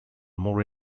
more